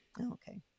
Okay